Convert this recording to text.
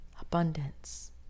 abundance